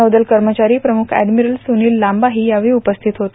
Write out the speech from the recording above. नौदल कर्मचारी प्रमुख अॅडमिरल सुनिल लांबाही यावेळी उपस्थित होते